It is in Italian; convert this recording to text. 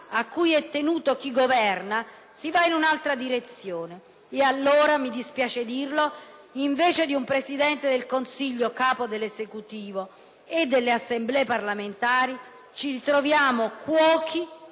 a cui è tenuto chi governa, si va in un'altra direzione. E allora - mi spiace dirlo - invece di un Presidente del Consiglio Capo dell'Esecutivo e delle Assemblee parlamentari ci ritroviamo cuochi,